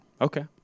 Okay